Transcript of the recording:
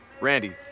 Randy